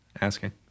asking